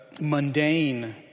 mundane